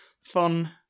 fun